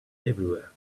everywhere